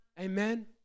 Amen